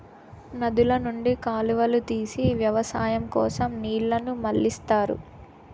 నదుల నుండి కాలువలు తీసి వ్యవసాయం కోసం నీళ్ళను మళ్ళిస్తారు